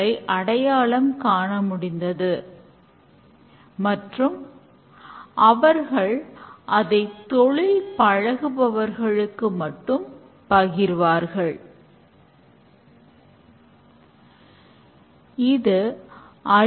product backlog ஆனது பயனாளிகளின் சொற்களை மேலும் சில பயனாளிகளின் சொற்கள் தேர்வு செய்யப்படும்